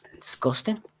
Disgusting